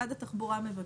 משרד התחבורה מבקש.